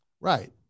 Right